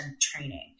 training